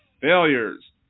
failures